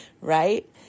right